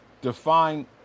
define